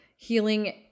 Healing